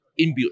inbuilt